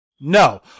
No